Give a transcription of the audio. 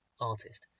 artist